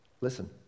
listen